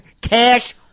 Cash